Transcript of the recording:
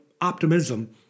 optimism